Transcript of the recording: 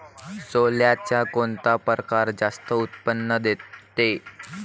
सोल्याचा कोनता परकार जास्त उत्पन्न देते?